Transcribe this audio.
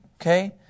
okay